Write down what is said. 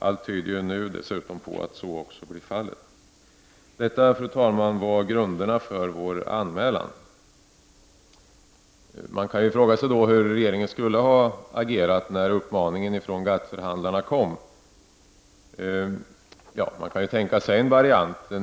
Allt tyder nu på att så också blir fallet. Detta, fru talman, var grunderna för vår anmälan. Man kan fråga sig hur regeringen skulle ha agerat när uppmaningen kom från GATT-förhandlarna. Man kan tänka sig en variant.